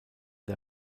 der